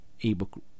ebook